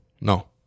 No